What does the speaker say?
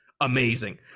amazing